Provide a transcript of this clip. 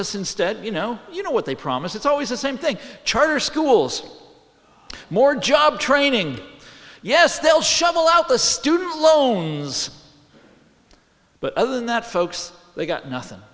us instead you know you know what they promise it's always the same thing charter schools more job training yes they'll shovel out the student loans but other than that folks they got nothing